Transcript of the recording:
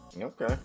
Okay